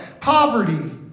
poverty